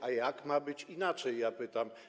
A jak ma być inaczej? - pytam.